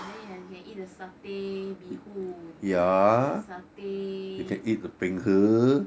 and then you can eat the satay bee hoon the satay